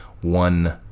one